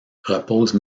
repose